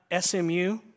SMU